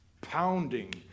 pounding